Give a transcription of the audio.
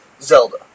Zelda